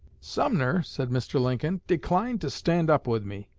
sumner, said mr. lincoln, declined to stand up with me,